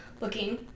looking